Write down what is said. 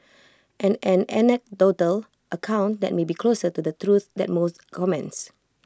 and an anecdotal account that may be closer to the truth than most comments